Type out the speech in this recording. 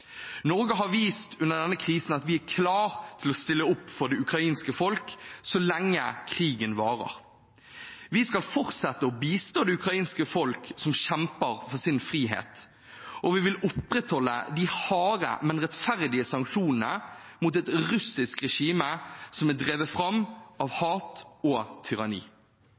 Norge har vist under denne krisen at vi er klare til å stille opp for det ukrainske folk så lenge krigen varer. Vi skal fortsette å bistå det ukrainske folk som kjemper for sin frihet, og vi vil opprettholde de harde, men rettferdige sanksjonene mot et russisk regime som er drevet fram av hat og